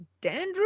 dandruff